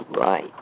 right